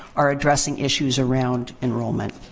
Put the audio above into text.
are addressing issues around enrollment.